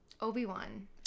obi-wan